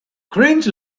cringe